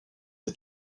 est